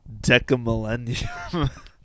Decamillennium